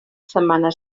setmana